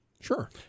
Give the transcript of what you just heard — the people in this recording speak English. Sure